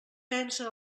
pensen